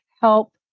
help